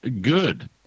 good